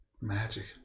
magic